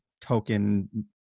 token